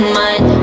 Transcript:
mind